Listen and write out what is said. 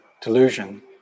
delusion